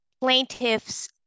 plaintiff's